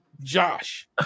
Josh